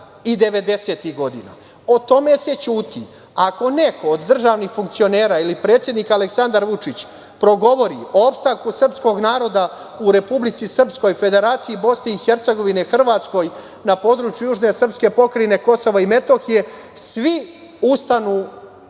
O tome se ćuti. Ako neko od državnih funkcionera ili predsednik Aleksandar Vučić progovori o opstanku srpskog naroda u Republici Srpskoj, Federaciji Bosne i Hercegovine, Hrvatskoj, na području južne srpske pokrajine Kosova i Metohije, svi ustanu iz